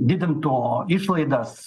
didintų išlaidas